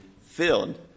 filled